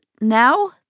now